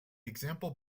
example